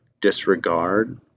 disregard